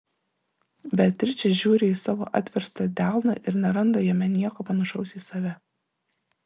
beatričė žiūri į savo atverstą delną ir neranda jame nieko panašaus į save